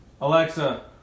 Alexa